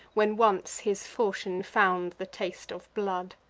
when once his fauchion found the taste of blood.